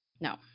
No